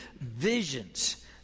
visions